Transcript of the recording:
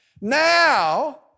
Now